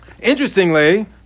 Interestingly